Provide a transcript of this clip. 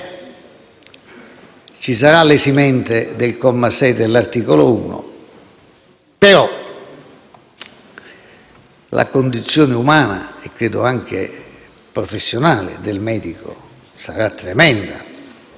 ci sarà l'esimente del comma 6 dell'articolo 1, però la condizione umana e credo anche professionale del medico sarà tremenda